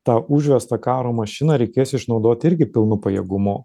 tą užvestą karo mašiną reikės išnaudoti irgi pilnu pajėgumu